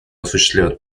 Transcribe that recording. осуществляют